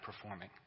performing